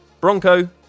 Bronco